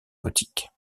gothique